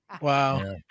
Wow